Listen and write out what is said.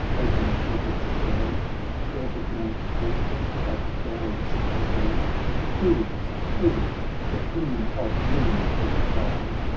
hoping to withstand all the joint forces of darius' hand fools, fools, the king of millions to defy,